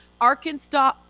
Arkansas